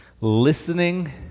listening